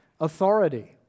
authority